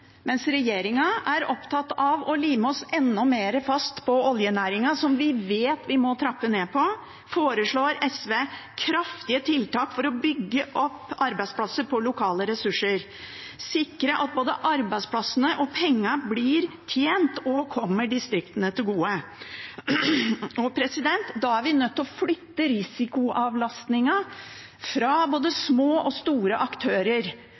Mens regjeringen er opptatt av å lime oss enda mer fast til oljenæringen, der vi vet vi må trappe ned, foreslår SV kraftige tiltak for å bygge opp arbeidsplasser på lokale ressurser, sikre at både arbeidsplassene og pengene blir tjent og kommer distriktene til gode. Da er vi nødt til å flytte risikoavlastningen til både små og store aktører